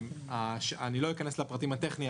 לא אכנס לפרטים הטכניים,